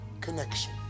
connection